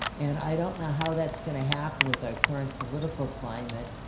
and i don't know how that's going to happen with our current political climate.